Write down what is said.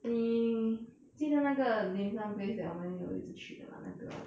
你记得那个 dim sum place that 我们有一直去的吗那个